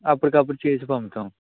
అప్పటికప్పుడు చేసి పంపుతాము